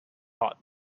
hot